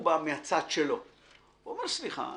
הוא בא מהצד שלו והוא אומר: סליחה,